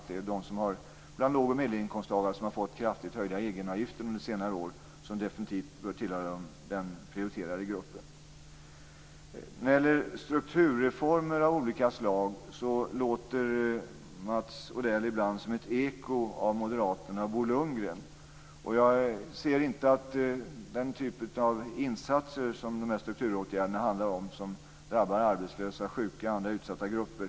Det är de låg och medelinkomsttagare som har fått kraftigt höjda egenavgifter under senare år som definitivt bör tillhöra den prioriterade gruppen. När det gäller strukturreformer av olika slag låter Mats Odell ibland som ett eko av Moderaterna och Bo Lundgren. De här strukturåtgärderna drabbar arbetslösa, sjuka och andra utsatta grupper.